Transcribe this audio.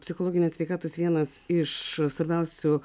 psichologinės sveikatos vienas iš svarbiausių